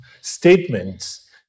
statements